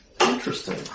Interesting